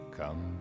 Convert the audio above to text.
come